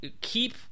keep